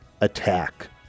attack